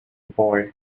boy